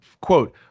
Quote